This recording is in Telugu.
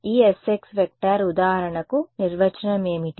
కాబట్టి Esx ఉదాహరణకు నిర్వచనం ఏమిటి